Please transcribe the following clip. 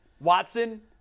Watson